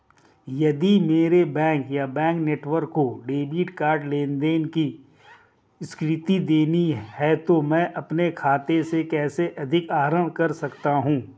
यदि मेरे बैंक या बैंक नेटवर्क को डेबिट कार्ड लेनदेन को स्वीकृति देनी है तो मैं अपने खाते से कैसे अधिक आहरण कर सकता हूँ?